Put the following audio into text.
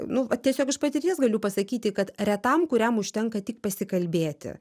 nu va tiesiog iš patirties galiu pasakyti kad retam kuriam užtenka tik pasikalbėti